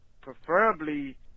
preferably